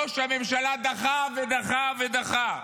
ראש הממשלה דחה, ודחה ודחה.